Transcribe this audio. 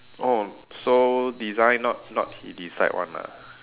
oh so design not not he decide one ah